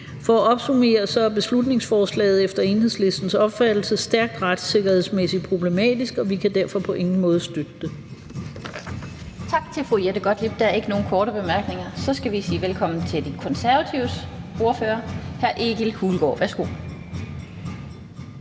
For at opsummere er beslutningsforslaget efter Enhedslistens opfattelse stærkt retssikkerhedsmæssigt problematisk, og vi kan derfor på ingen måde støtte det. Kl. 15:58 Den fg. formand (Annette Lind): Tak til fru Jette Gottlieb. Der er ikke nogen korte bemærkninger. Så skal vi sige velkommen til De Konservatives ordfører, hr. Egil Hulgaard. Værsgo.